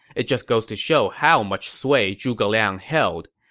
it just goes to show how much sway zhuge liang held.